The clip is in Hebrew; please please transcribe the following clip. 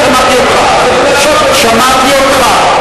חבר הכנסת מג'אדלה, שמעתי אותך.